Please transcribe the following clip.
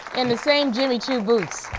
in the same jimmy choo boots.